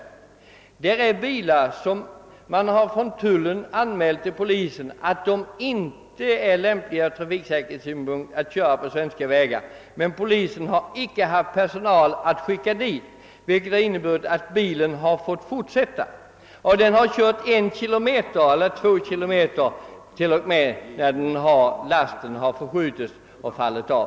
I sådana fall har tullpersonalen anmält till polisen att bilarna ur trafiksäkerhetssynpunkt är olämpliga för färd på svenska vägar, men polisen har inte haft någon personal att skicka dit. Därför har bilarna fått fortsätta en eller annan kilometer och då har lasten ibland förskjutit sig och fallit av.